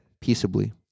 Peaceably